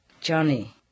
Johnny